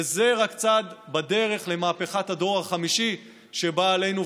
וזה רק צעד בדרך למהפכת הדור החמישי שבא עלינו,